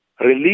Release